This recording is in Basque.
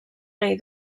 nahi